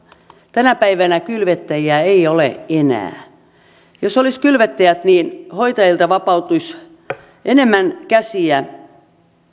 tänä päivänä kylvettäjiä ei ole enää jos olisi kylvettäjät niin hoitajilta vapautuisi enemmän käsiä